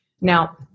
Now